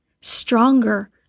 stronger